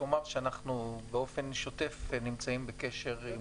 אנחנו באופן שוטף נמצאים בקשר עם